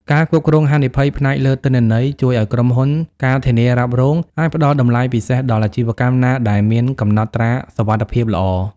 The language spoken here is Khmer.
ការគ្រប់គ្រងហានិភ័យ ផ្អែកលើទិន្នន័យ ជួយឱ្យក្រុមហ៊ុន ការធានារ៉ាប់រង អាចផ្ដល់តម្លៃពិសេសដល់អាជីវកម្មណាដែលមានកំណត់ត្រាសុវត្ថិភាពល្អ។